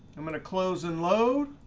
i'm going to close and load.